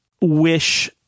wish